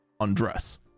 undress